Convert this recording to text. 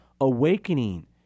awakening